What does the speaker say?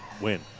win